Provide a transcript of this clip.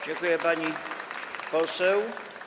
Dziękuję, pani poseł.